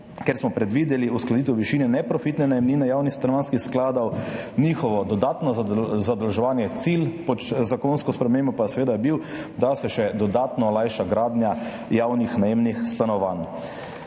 kjer smo predvideli uskladitev višine neprofitne najemnine javnih stanovanjskih skladov, njihovo dodatno zadolževanje. Cilj pod zakonsko spremembo pa je bil, da se še dodatno olajša gradnja javnih najemnih stanovanj.